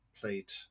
played